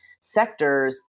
sectors